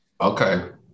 Okay